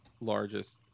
largest